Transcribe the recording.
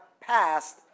passed